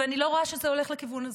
ואני לא רואה שזה הולך לכיוון הזה.